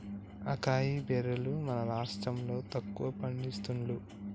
acai బెర్రీలు మన రాష్టం లో తక్కువ పండిస్తాండ్లు